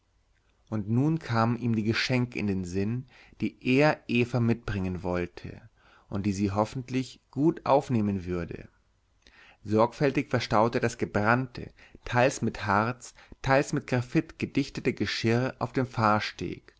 und nun kamen ihm die geschenke in den sinn die er eva mitbringen wollte und die sie hoffentlich gut aufnehmen würde sorgfältig verstaute er das gebrannte teils mit harz teils mit graphit gedichtete geschirr auf dem